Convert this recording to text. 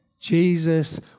Jesus